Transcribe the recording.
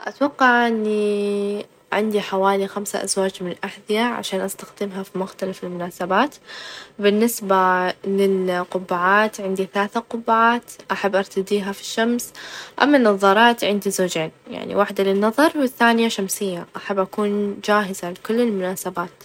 أتوقع إني عندي حوالي خمسة أزواج من الأحذية عشان استخدمها في مختلف المناسبات، بالنسبة للقبعات عندي ثلاثة قبعات أحب أرتديها في الشمس، أما النظارات عندي زوجين يعني وحدة للنظر، والثانية شمسية، أحب أكون جاهزة لكل المناسبات.